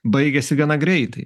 baigiasi gana greitai